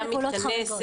לוועדה לפעולות חריגות.